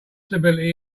stability